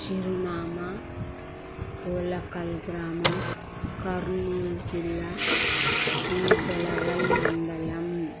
చిరునామా పోలకల్ గ్రామం కర్నూల్ జిల్లా సీ బెలగల్ మండలం